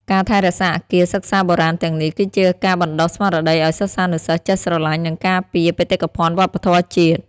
ការថែរក្សាអគារសិក្សាបុរាណទាំងនេះ គឺជាការបណ្តុះស្មារតីឱ្យសិស្សានុសិស្សចេះស្រឡាញ់ និងការពារបេតិកភណ្ឌវប្បធម៌ជាតិ។